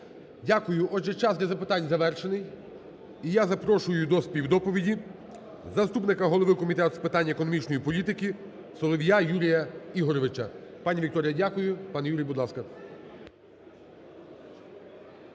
Дякую. Отже, час для запитань завершений. І я запрошую до співдоповіді заступника голови Комітету з питань економічної політики Солов'я Юрія Ігоровича. Пане Вікторія, дякую. Пане Юрій, будь ласка.